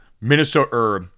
Minnesota –